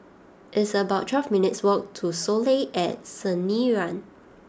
it's about twelve minutes' walk to Soleil at Sinaran